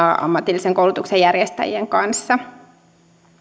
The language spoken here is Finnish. ammatillisen koulutuksen järjestäjien kanssa